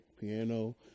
piano